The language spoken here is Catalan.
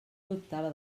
dubtava